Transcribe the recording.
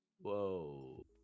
Whoa